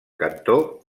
cantó